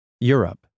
Europe